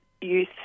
Youth